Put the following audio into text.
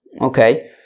Okay